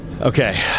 Okay